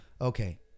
Okay